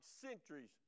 centuries